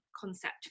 concept